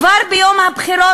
כבר ביום הבחירות,